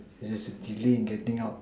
there's a delay in getting out